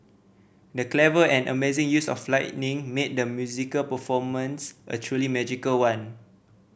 the clever and amazing use of lighting made the musical performance a truly magical one